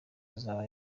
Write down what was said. izaba